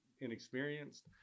inexperienced